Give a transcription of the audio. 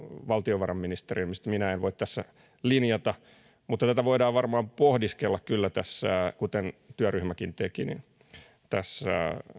valtiovarainministeriön asia mistä minä en voi tässä linjata mutta tätä voidaan varmaan pohdiskella kyllä kuten työryhmäkin teki tässä